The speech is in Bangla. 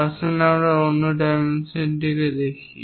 আসুন অন্য ডাইমেনশন দেখি